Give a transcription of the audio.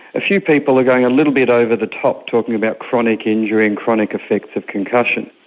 a few people are going a little bit over the top talking about chronic injury and chronic effects of concussion.